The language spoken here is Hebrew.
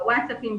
בווטסאפים,